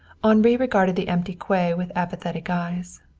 henri regarded the empty quay with apathetic eyes.